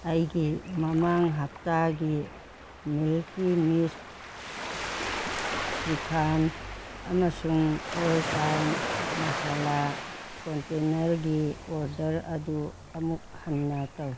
ꯑꯩꯒꯤ ꯃꯃꯥꯡ ꯍꯞꯇꯥꯒꯤ ꯃꯤꯜꯀꯤ ꯃꯤꯁ ꯁ꯭ꯔꯤꯈꯥꯟ ꯑꯃꯁꯨꯡ ꯑꯣꯜ ꯇꯥꯏꯝ ꯃꯁꯥꯂꯥ ꯀꯣꯟꯇꯦꯅꯔꯒꯤ ꯑꯣꯔꯗꯔ ꯑꯗꯨ ꯑꯃꯨꯛ ꯍꯟꯅ ꯇꯧ